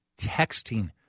texting